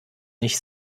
nicht